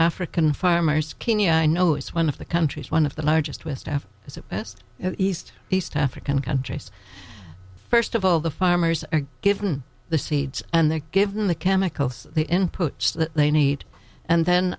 african farmers kenya i know is one of the countries one of the largest with staff as it best east peace to african countries first of all the farmers are given the seeds and they give them the chemicals the inputs that they need and then